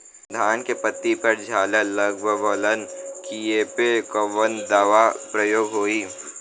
धान के पत्ती पर झाला लगववलन कियेपे कवन दवा प्रयोग होई?